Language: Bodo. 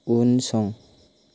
उनसं